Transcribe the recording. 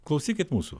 klausykit mūsų